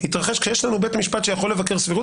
התרחש כשיש לנו בית משפט שיכול לבקר סבירות